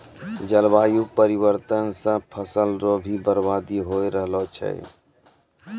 जलवायु परिवर्तन से फसल रो भी बर्बादी हो रहलो छै